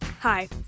Hi